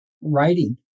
writing